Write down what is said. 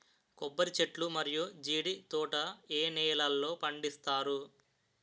కొబ్బరి చెట్లు మరియు జీడీ తోట ఏ నేలల్లో పండిస్తారు?